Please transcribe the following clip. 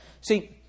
See